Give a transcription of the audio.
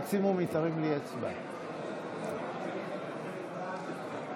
אני מבקש לעזור בידי להושיב את חברי הכנסת,